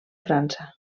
frança